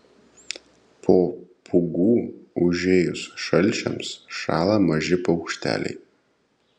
po pūgų užėjus šalčiams šąla maži paukšteliai